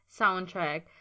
soundtrack